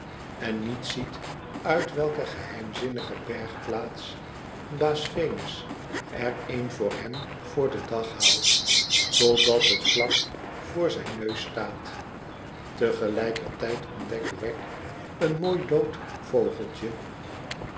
en niet ziet uit welke geheimzinnige bergplaats baas venus er een voor hem voor den dag haalt totdat het vlak voor zijn neus staat te gelijker tijd ontdekt wegg een mooi dood vogeltje